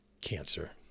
cancer